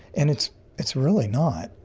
and it's it's really not.